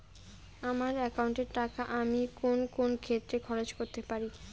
আমার একাউন্ট এর টাকা আমি কোন কোন ক্ষেত্রে খরচ করতে পারি?